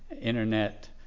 internet